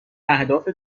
اهداف